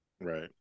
Right